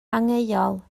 angheuol